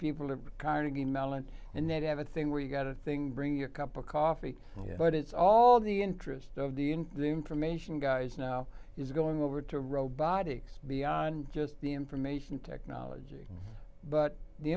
are carnegie mellon and they have a thing where you've got a thing bring your cup of coffee but it's all the interest of the in the information guys now is going over to robotics beyond just the information technology but the